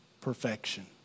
perfection